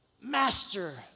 Master